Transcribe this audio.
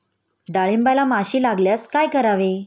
डाळींबाला माशी लागल्यास काय करावे?